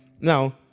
now